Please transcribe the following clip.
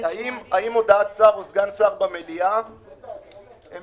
האם הודעת שר או סגן שר במליאה הם